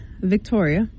Victoria